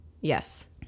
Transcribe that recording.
Yes